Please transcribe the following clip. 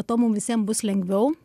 tuo mum visiem bus lengviau